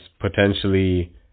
potentially